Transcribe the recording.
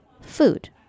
food